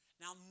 Now